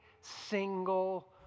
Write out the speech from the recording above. single